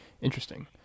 interesting